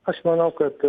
aš manau kad